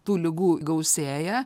tų ligų gausėja